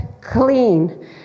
clean